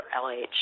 LH